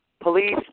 Police